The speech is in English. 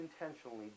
intentionally